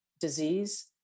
disease